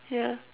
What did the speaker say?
ya